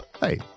Hey